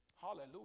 Hallelujah